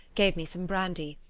gave me some brandy,